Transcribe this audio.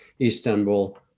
Istanbul